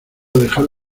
dejar